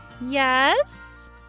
Yes